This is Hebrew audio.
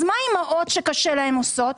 אז מה אימהות שקשה להן עושות?